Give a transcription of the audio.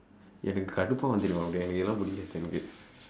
எனக்கு கடுப்பாகும் தெரியுமா அப்படியே:enakku kaduppaakum theriyumaa appadiyee